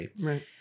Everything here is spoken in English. right